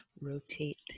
rotate